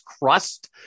crust